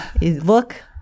look